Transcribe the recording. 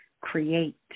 create